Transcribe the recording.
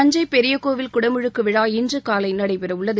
தஞ்சை பெரிய கோவில் குடமுழுக்கு விழா இன்றுகாலை நடைபெற உள்ளது